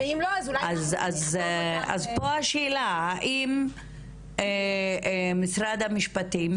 אז פה השאלה היא האם משרד המשפטים